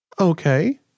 Okay